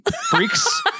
freaks